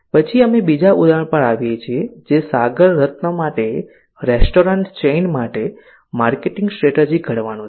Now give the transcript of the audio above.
પછી અમે બીજા ઉદાહરણ પર આવીએ છીએ જે સાગર રત્ન માટે રેસ્ટોરન્ટ ચેઇન માટે માર્કેટિંગ સ્ટ્રેટેજી ઘડવાનું છે